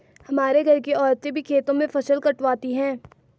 हमारे घर की औरतें भी खेतों में फसल कटवाती हैं